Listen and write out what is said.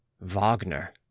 Wagner